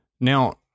now